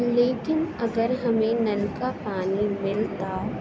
لیکن اگر ہمیں نل کا پانی ملتا